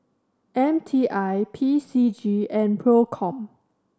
M T I P C G and Procom